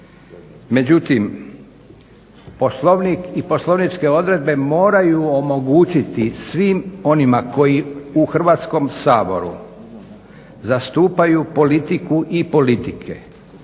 Međutim, Poslovnik i poslovničke odredbe moraju omogućiti svim onima koji u Hrvatskom saboru zastupaju politiku i politike